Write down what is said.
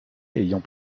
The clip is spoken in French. ayant